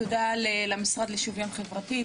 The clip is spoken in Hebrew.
תודה למשרד לשוויון חברתי,